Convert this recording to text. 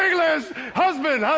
english. husband.